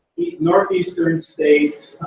northeastern state.